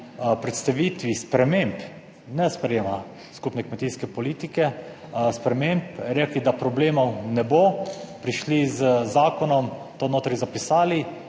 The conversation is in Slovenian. predstavitvi sprememb, ne sprejema skupne kmetijske politike, sprememb, rekli, da problemov ne bo, prišli z zakonom, to notri zapisali